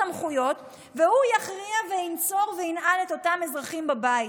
והוא יכניע וינצור וינעל את אותם אזרחים בבית.